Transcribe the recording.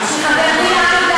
אני מבקשת לא להפריע.